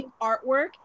artwork